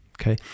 Okay